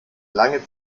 lange